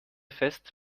fest